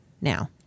now